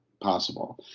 possible